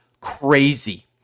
crazy